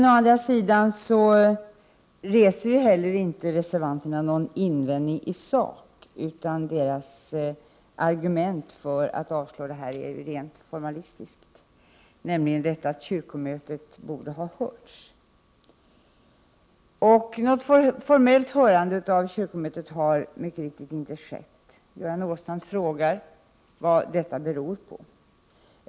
Å andra sidan reser reservanterna inte några invändningar i sak, utan deras argument för att avslå förslaget är rent formellt, nämligen att kyrkomötet borde ha hörts. Något formellt hörande av kyrkomötet har mycket riktigt inte skett. Göran Åstrand frågar vad det beror på.